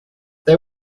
they